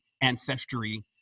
ancestry